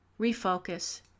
refocus